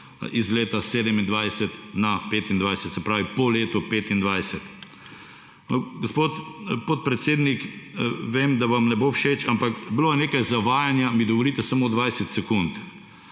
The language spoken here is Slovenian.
iz leta 2027 na 2025 se pravi po letu 2025. Gospod podpredsednik vem, da vam ne bo všeč bilo je nekaj zavajanja mi dovolite samo 20 sekund